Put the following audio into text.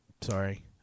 sorry